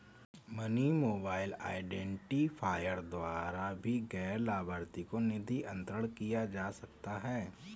money mobile identifier द्वारा भी गैर लाभार्थी को निधि अंतरण किया जा सकता है